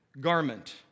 garment